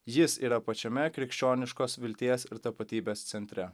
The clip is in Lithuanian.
jis yra pačiame krikščioniškos vilties ir tapatybės centre